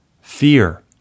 Fear